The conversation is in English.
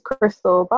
Crystal